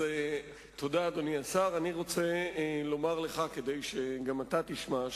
אדוני השר, אני רוצה לומר לך, כדי שגם אתה תשמע.